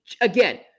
again